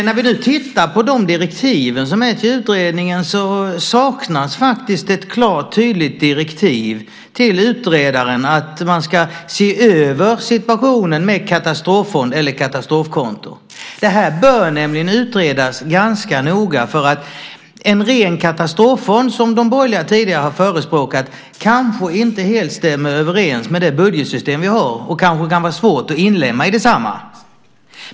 När vi nu tittar på utredningens direktiv saknas faktiskt ett klart och tydligt direktiv till utredaren att se över situationen med en katastroffond eller ett katastrofkonto. Detta bör nämligen utredas ganska noga. En ren katastroffond, som de borgerliga tidigare har förespråkat, stämmer kanske inte helt överens med det budgetssystem vi har och kan kanske vara svårt att inlemma i detsamma.